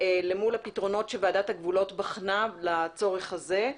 למול הפתרונות שוועדת הגבולות בחנה לצורך הזה.